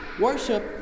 Worship